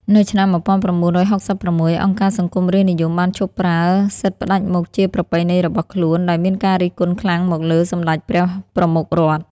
នៅឆ្នាំ ១៩៦៦ អង្គការសង្គមរាស្ត្រនិយមបានឈប់ប្រើសិទ្ធិផ្តាច់មុខជាប្រពៃណីរបស់ខ្លួន ដោយមានការរិះគន់ខ្លាំងមកលើសម្ដេចព្រះប្រមុខរដ្ឋ។